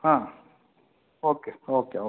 ಹಾಂ okay okay ಓ